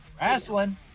wrestling